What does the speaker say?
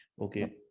Okay